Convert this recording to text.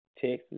Texas